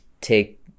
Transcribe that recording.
take